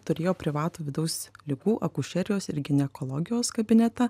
turėjo privatų vidaus ligų akušerijos ir ginekologijos kabinetą